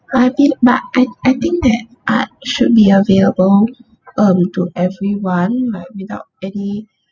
I be~ but I I think that art should be available um to everyone but without any